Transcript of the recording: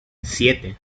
siete